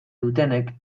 dutenek